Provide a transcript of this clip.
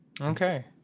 Okay